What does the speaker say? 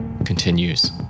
...continues